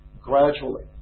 Gradually